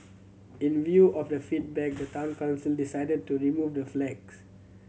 in view of the feedback the Town Council decided to remove the flags